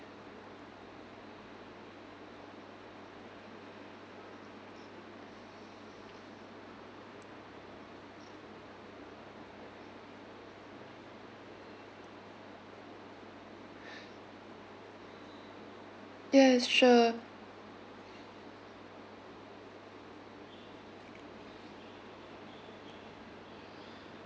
yes sure